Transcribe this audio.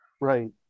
Right